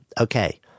Okay